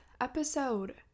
episode